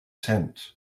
tent